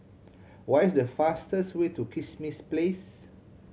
what is the fastest way to Kismis Place